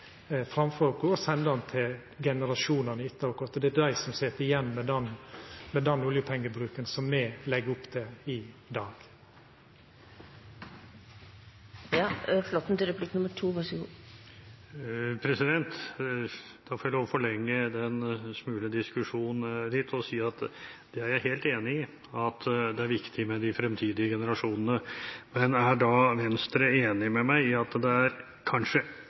til generasjonane etter oss, og at det er dei som sit igjen med den oljepengebruken som me legg opp til i dag. Da må jeg få lov til å forlenge den smule diskusjonen litt og si at jeg er helt enig i at det er viktig det med de fremtidige generasjonene. Men er Venstre da enig med meg i at enda viktigere enn å ha noe på den såkalte sparegrisen for fremtidige generasjoner er det kanskje